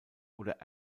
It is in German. oder